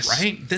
right